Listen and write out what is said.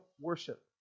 worship